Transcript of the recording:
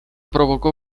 provocò